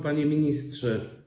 Panie Ministrze!